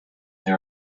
they